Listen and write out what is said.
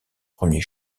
premier